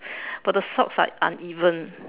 but the socks are uneven